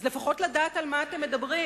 אז לפחות לדעת על מה אתם מדברים.